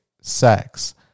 sex